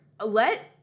Let